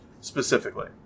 specifically